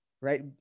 right